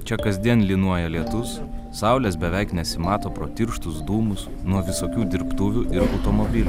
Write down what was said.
čia kasdien lynoja lietus saulės beveik nesimato pro tirštus dūmus nuo visokių dirbtuvių automobilių